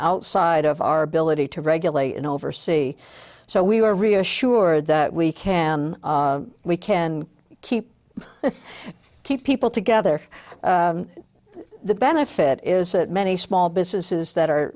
outside of our ability to regulate and oversee so we were reassured that we can we can keep keep people together the benefit is many small businesses that are